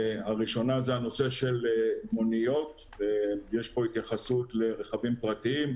הראשונה היא נושא המוניות; יש פה התייחסות לרכבים פרטיים,